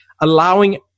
allowing